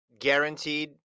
guaranteed